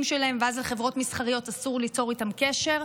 שלהם ואז לחברות מסחריות אסור ליצור איתם קשר.